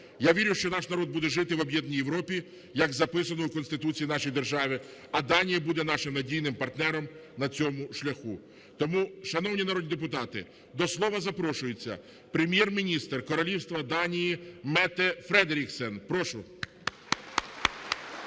Я вірю, що наш народ буде жити в об'єднаній Європі, як записано у Конституції нашої держави, а Данія буде нашим надійним партнером на цьому шляху. Тому, шановні народні депутати, до слова запрошується Прем'єр-міністр Королівства Данії Метте Фредеріксен. Прошу.